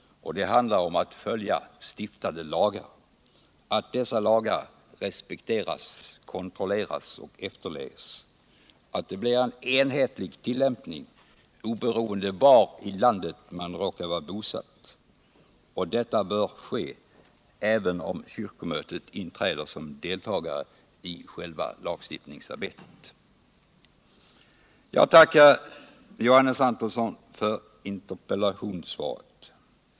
Det handlar om att följa stiftade lagar — att dessa lagar respekteras, kontrolleras och efterlevs, att det blir en enhetlig tillämpning oberoende av var i landet man råkar vara bosatt. Deua bör ske även om kyrkomötet inträder som deltagare i själva lagsuftningsarbetet. Jag tackar Johannes Antonsson för interpellationssvaret.